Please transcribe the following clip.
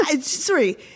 Sorry